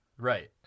Right